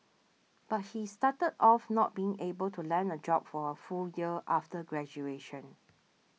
but he started off not being able to land a job for a full year after graduation